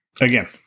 again